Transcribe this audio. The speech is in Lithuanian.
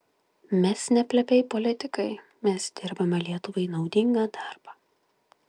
mes ne plepiai politikai mes dirbame lietuvai naudingą darbą